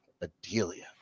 Adelia